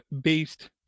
based